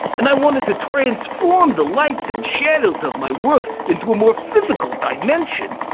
and i wanted to transform the lights and shadows of my work into a more physical dimension.